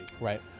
Right